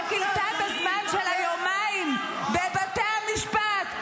שכילתה את הזמן שלה יומיים בבתי המשפט,